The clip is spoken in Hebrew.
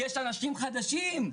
יש אנשים חדשים,